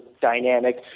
dynamic